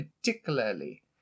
particularly